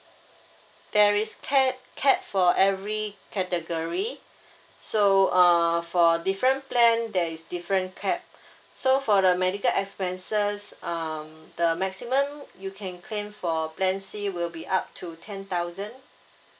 there is care cap for every category so err for different plan there is different cap so for the medical expenses um the maximum you can claim for plan C will be up to ten thousand